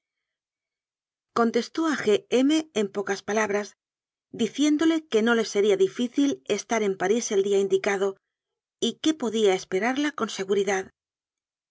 m en pocas palabras diciéndole que no le sería difícil estar en parís el día indicado y que podía esperarla con seguridad